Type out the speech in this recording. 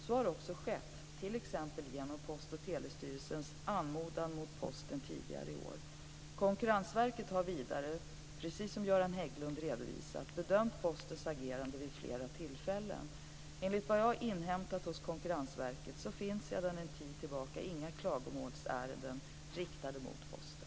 Så har också skett t.ex. genom Post och telestyrelsens anmodan mot Posten tidigare i år. Konkurrensverket har vidare, precis som Göran Hägglund redovisat, bedömt Postens agerande vid flera tillfällen. Enligt vad jag har inhämtat hos Konkurrensverket finns sedan en tid tillbaka inga klagomålsärenden riktade mot Posten.